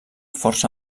força